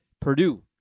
Purdue